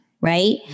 Right